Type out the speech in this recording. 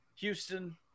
Houston